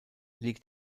liegt